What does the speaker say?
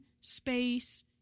space